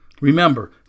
Remember